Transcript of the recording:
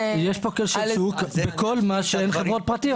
--- יש פה כשל שוק בכל מה שאין חברות פרטיות.